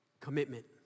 Commitment